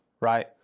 right